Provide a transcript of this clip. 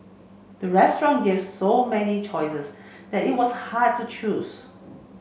the restaurant gave so many choices that it was hard to choose